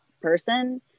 person